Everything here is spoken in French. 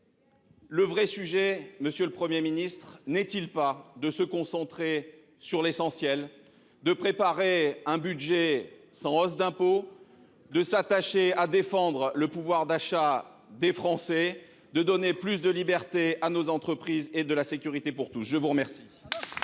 Le vrai sujet, Monsieur le Premier ministre, n'est-il pas de se concentrer sur l'essentiel, de préparer un budget sans hausse d'impôts, de s'attacher à défendre le pouvoir d'achat des Français, de donner plus de liberté à nos entreprises et de la sécurité pour tous ? Je vous remercie.